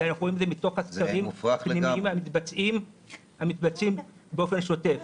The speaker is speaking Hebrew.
ואנחנו רואים את זה מתוך הסקרים המתבצעים באופן שוטף.